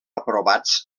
aprovats